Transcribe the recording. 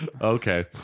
Okay